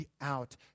out